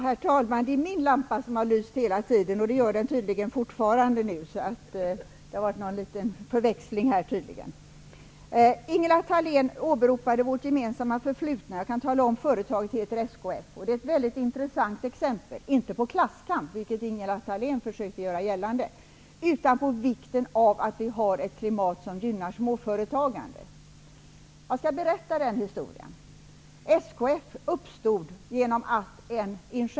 Herr talman! Min lampa har lyst hela tiden, och det gör den tydligen fortfarande. Det har tydligen varit någon förväxling. Ingela Thalén åberopade vårt gemensamma förflutna. Jag kan tala om att företaget hette SKF. Det är ett intressant exempel, men inte i fråga om klasskamp -- vilket Ingela Thalén försökte göra gällande -- utan på vikten av att vi har ett klimat som gynnar småföretagande. Jag skall berätta denna historia.